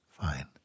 fine